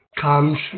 comes